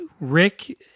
Rick